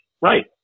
right